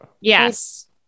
Yes